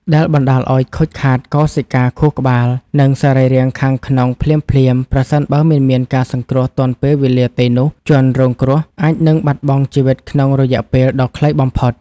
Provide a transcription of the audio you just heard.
ដែលបណ្តាលឱ្យខូចខាតកោសិកាខួរក្បាល និងសរីរាង្គខាងក្នុងភ្លាមៗ ប្រសិនបើមិនមានការសង្គ្រោះទាន់ពេលវេលាទេនោះ ជនរងគ្រោះអាចនឹងបាត់បង់ជីវិតក្នុងរយៈពេលដ៏ខ្លីបំផុត។